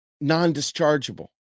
non-dischargeable